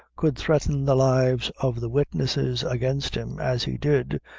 could threaten the lives of the witnesses against him, as he did,